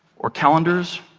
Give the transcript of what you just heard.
or calendars,